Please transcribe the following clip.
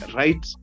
right